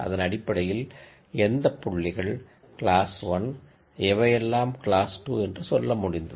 அதன் அடிப்படையில் எந்த பாயிண்ட்டுகள் கிளாஸ் 1 எவையெல்லாம் கிளாஸ் 2 என்று சொல்லமுடிந்தது